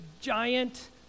giant